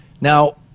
Now